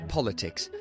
Politics